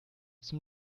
zum